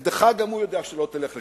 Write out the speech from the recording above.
נגדך, הוא גם יודע שלא תלך לשם.